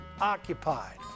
occupied